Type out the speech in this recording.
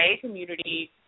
community